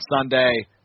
Sunday